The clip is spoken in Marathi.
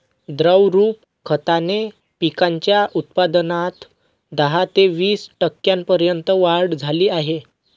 द्रवरूप खताने पिकांच्या उत्पादनात दहा ते वीस टक्क्यांपर्यंत वाढ झाली आहे